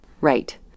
Right